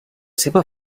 seva